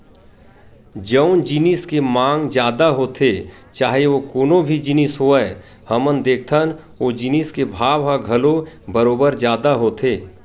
जउन जिनिस के मांग जादा होथे चाहे ओ कोनो भी जिनिस होवय हमन देखथन ओ जिनिस के भाव ह घलो बरोबर जादा होथे